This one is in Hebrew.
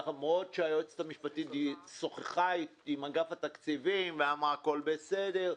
למרות שהיועצת המשפטית שוחחה עם אגף התקציבים ואמרה שהכל בסדר,